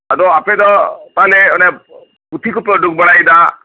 ᱟᱫᱚ ᱟᱯᱮᱫᱚ ᱛᱟᱦᱚᱞᱮ ᱚᱱᱮ ᱯᱩᱛᱷᱤᱠᱚᱯᱮ ᱩᱰᱩᱠ ᱵᱟᱲᱟᱭᱫᱟ